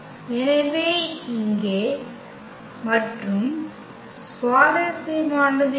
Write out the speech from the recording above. எனவே இங்கே மற்றும் சுவாரஸ்யமானது என்ன